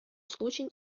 злочин